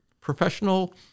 professional